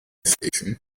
station